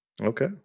Okay